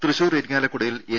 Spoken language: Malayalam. തൃശൂർ ഇരിങ്ങാലക്കുടയിൽ എൻ